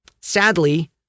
Sadly